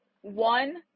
one